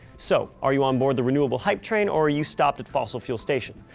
so are you on board the renewable hype train or are you stopped at fossil fuel station?